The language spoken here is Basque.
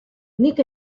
nik